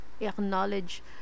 acknowledge